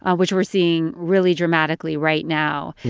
ah which we're seeing really dramatically right now.